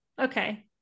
Okay